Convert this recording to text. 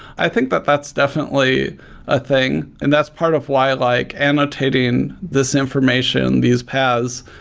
i think that that's definitely a thing, and that's part of why like annotating this information, these paas,